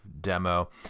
demo